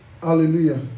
Hallelujah